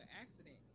accident